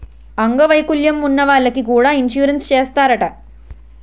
అంగ వైకల్యం ఉన్న వాళ్లకి కూడా ఇన్సురెన్సు చేస్తారట